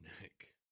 Nick